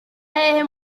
hehe